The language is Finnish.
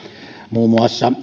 muun muassa